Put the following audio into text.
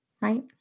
right